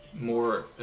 more